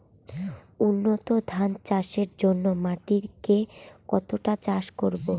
উন্নত ধান চাষের জন্য মাটিকে কতটা চাষ করব?